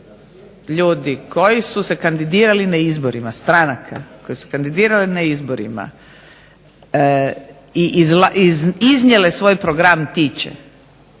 ljudi koji su se kandidirali na izborima stranaka koje su kandidirale na izborima i iznijele svoj program tiče